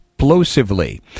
Explosively